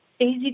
easy